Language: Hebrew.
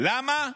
למה?